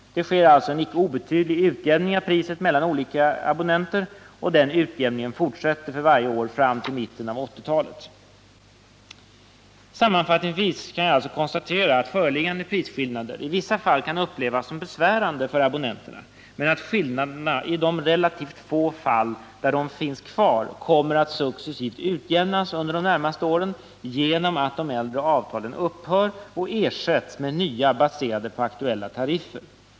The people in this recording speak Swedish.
Det sker alltid en icke obetydlig utjämning av priset mellan olika abonnenter, och denna utjämning fortsätter för varje år fram till mitten av 1980-talet. Sammanfattningsvis kan jag konstatera att föreliggande prisskillnader i vissa fall kan upplevas som besvärande för abonnenterna men att skillnaderna i de relativt få fall där de finns kvar kommer att successivt utjämnas de närmaste åren genom att äldre avtal upphör och ersätts med nya baserade på aktuella tariffer.